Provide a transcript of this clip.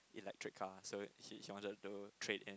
electric car so he he wanted to trade in